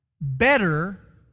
better